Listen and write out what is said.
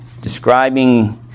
describing